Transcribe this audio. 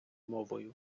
мовою